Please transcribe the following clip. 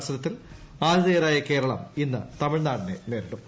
മത്സരത്തിൽ ആതിഥേയരായ കേരളം ഇന്ന് തമിഴ്നാടിനെ നേരിടും